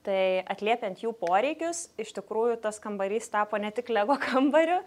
tai atliepiant jų poreikius iš tikrųjų tas kambarys tapo ne tik lego kambariu